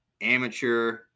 amateur